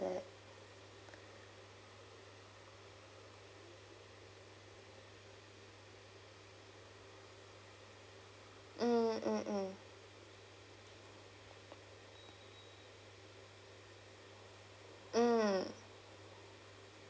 mm mm mm mm mm